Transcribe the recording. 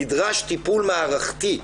נדרש טיפול מערכתי.